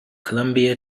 colombia